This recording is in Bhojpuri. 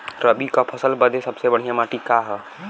रबी क फसल बदे सबसे बढ़िया माटी का ह?